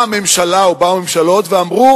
אדוני השר, באה הממשלה, או באו ממשלות ואמרו: